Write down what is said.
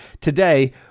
Today